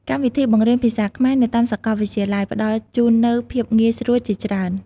កម្មវិធីបង្រៀនភាសាខ្មែរនៅតាមសាកលវិទ្យាល័យផ្តល់ជូននូវភាពងាយស្រួលជាច្រើន។